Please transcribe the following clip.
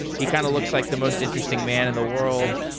he kind of looks like the most interesting man in the world.